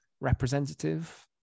representative